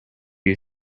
you